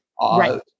Right